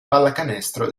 pallacanestro